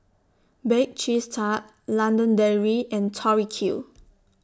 Bake Cheese Tart London Dairy and Tori Q